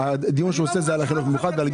הדיון שהוא מקיים הוא על החינוך המיוחד.